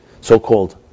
so-called